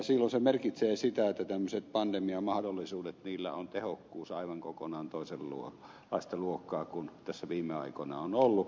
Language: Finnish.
silloin se merkitsee sitä että tämmöisillä pandemiamahdollisuuksilla on tehokkuus aivan kokonaan toisenlaista luokkaa kuin tässä viime aikoina on ollut